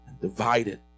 divided